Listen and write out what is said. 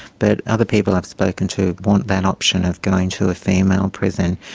but other people i've spoken to want that option of going to a female prison.